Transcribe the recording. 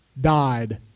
died